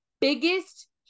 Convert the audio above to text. biggest